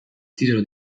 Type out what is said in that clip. titolo